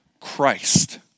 Christ